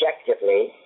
objectively